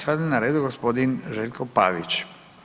Sad je na redu g. Željko Pavić.